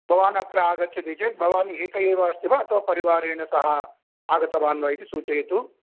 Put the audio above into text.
भवान् अत्र आगच्छति चेत् भवान् एक एव अस्ति वा अथवा परिवारेण सह आगतवान् वा इति सूचयतु